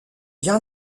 bien